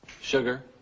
Sugar